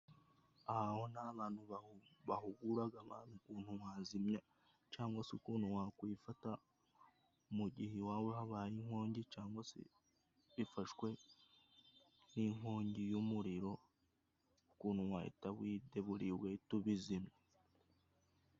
Ahaho ni abantu bahuguraga abantu ukuntu wazimya cangwa se ukuntu wakwifata mu gihe iwawe habaye inkongi cyangwa se bifashwe n'inkongi y'umuriro ukuntu wahita wideburiya ugahita ubizimya.